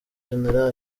gen